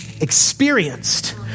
experienced